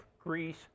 Greece